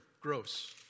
gross